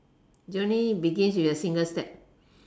you only begin with a single step